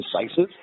decisive